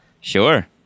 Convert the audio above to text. Sure